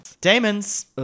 Damon's